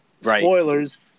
spoilers